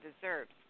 deserves